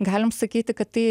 galim sakyti kad tai